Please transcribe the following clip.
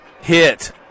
hit